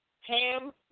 Ham